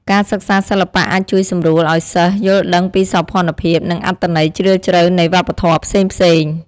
ការសិក្សាសិល្បៈអាចជួយសម្រួលឲ្យសិស្សយល់ដឹងពីសោភណភាព និងអត្ថន័យជ្រាលជ្រៅនៃវប្បធម៌ផ្សេងៗ។